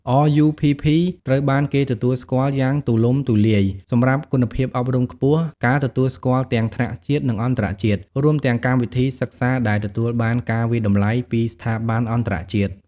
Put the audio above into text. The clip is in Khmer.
RUPP ត្រូវបានគេទទួលស្គាល់យ៉ាងទូលំទូលាយសម្រាប់គុណភាពអប់រំខ្ពស់ ការទទួលស្គាល់ទាំងថ្នាក់ជាតិ និងអន្តរជាតិ រួមទាំងកម្មវិធីសិក្សាដែលទទួលបានការវាយតម្លៃពីស្ថាប័នអន្តរជាតិ។